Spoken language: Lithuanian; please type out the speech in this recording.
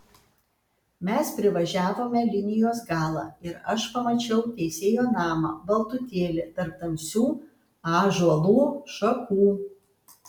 mes privažiavome linijos galą ir aš pamačiau teisėjo namą baltutėlį tarp tamsių ąžuolų šakų